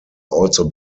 also